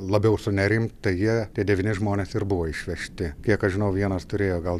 labiau sunerimt tai jie tie devyni žmonės ir buvo išvežti kiek aš žinau vienas turėjo gal